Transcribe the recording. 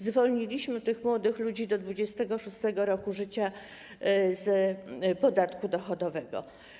Zwolniliśmy tych młodych ludzi do 26. roku życia z podatku dochodowego.